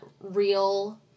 real